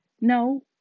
no